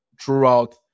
throughout